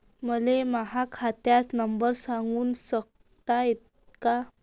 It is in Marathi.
मले माह्या खात नंबर सांगु सकता का?